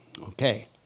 Okay